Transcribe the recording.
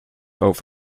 auf